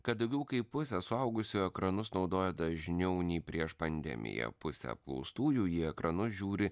kad daugiau kaip pusė suaugusiųjų ekranus naudoja dažniau nei prieš pandemiją pusę apklaustųjų į ekranus žiūri